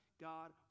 God